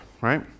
right